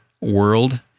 world